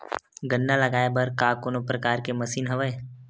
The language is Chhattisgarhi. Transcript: गन्ना लगाये बर का कोनो प्रकार के मशीन हवय?